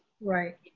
Right